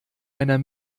einer